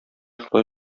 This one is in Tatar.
шулай